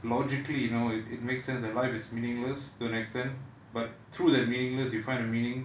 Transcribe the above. logically you know it it makes sense that life is meaningless to an extent but through that meaningless you find a meaning